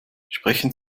sprechen